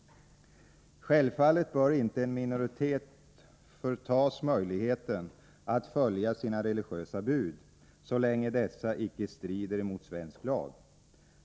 Självfallet bör inte en minoritet förtas möjligheten att följa sina religiösa bud så länge dessa inte strider mot svensk lag.